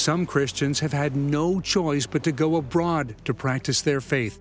some christians have had no choice but to go abroad to practice their fa